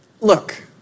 Look